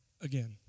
again